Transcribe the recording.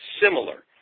similar